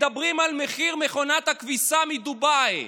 ומדברים על מחיר מכונת הכביסה מדובאי.